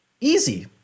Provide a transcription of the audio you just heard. Easy